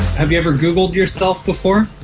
have you ever googled yourself before?